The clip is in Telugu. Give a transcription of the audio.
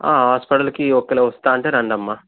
హాస్పిటల్కి ఒకవేళ వస్తా అంటే రండమ్మ